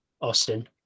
austin